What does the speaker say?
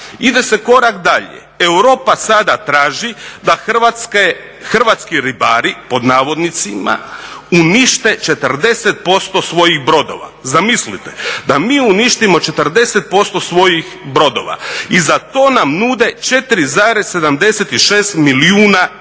Ide se korak dalje, Europa sada traži da hrvatski ribari pod navodnicima unište 40% svojih brodova. Zamislite, da mi uništimo 40% svojih brodova i za to nam nude 4,76 milijuna eura.